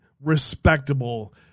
respectable